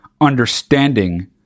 understanding